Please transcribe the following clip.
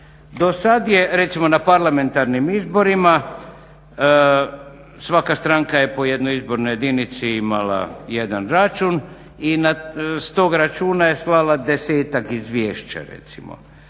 dosad je recimo na parlamentarnim izborima svaka stranka je po jednoj izbornoj jedinici imala jedan račun i s tog računa je slala desetak izvješća recimo,